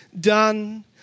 done